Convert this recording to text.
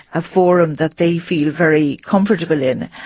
a forum that they feel very comfortable in.